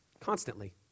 Constantly